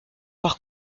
par